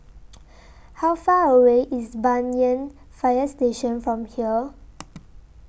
How Far away IS Banyan Fire Station from here